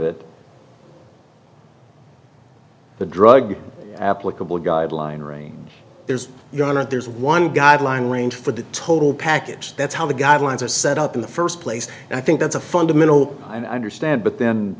it the drug applicable guideline range there's not there's one guideline range for the total package that's how the guidelines are set up in the first place and i think that's a fundamental i understand but then